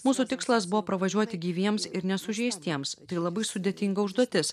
mūsų tikslas buvo pravažiuoti gyviems ir nesužeistiems tai labai sudėtinga užduotis